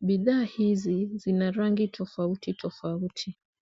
Bidhaa hizi zina rangi tofauti tofauti.